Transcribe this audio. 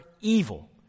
evil